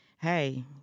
Hey